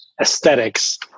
aesthetics